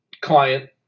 client